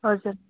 हजुर